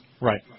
Right